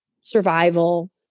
survival